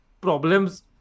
problems